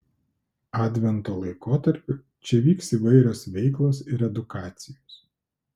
advento laikotarpiu čia vyks įvairios veiklos ir edukacijos